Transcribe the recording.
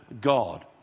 God